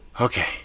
Okay